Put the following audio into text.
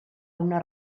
una